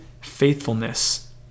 faithfulness